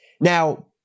Now